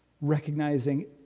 recognizing